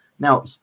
Now